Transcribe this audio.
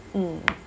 mm